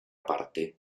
parte